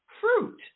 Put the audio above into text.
Fruit